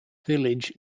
village